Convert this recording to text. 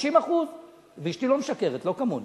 60%. אשתי לא משקרת, לא כמוני.